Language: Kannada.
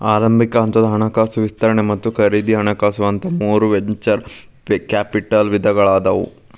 ಆರಂಭಿಕ ಹಂತದ ಹಣಕಾಸು ವಿಸ್ತರಣೆ ಮತ್ತ ಖರೇದಿ ಹಣಕಾಸು ಅಂತ ಮೂರ್ ವೆಂಚೂರ್ ಕ್ಯಾಪಿಟಲ್ ವಿಧಗಳಾದಾವ